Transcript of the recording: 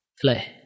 Fly